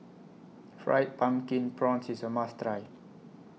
Fried Pumpkin Prawns IS A must Try